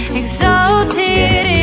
exalted